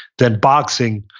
than boxing,